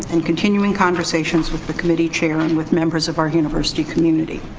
and continuing conversations with the committee chair and with members of our university community.